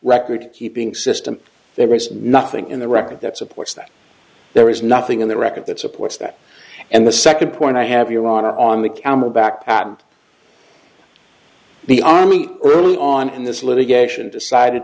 recordkeeping system there is nothing in the record that supports that there is nothing in the record that supports that and the second point i have your honor on the camelback patent the army early on in this litigation decided